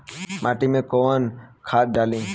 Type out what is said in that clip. माटी में कोउन खाद डाली?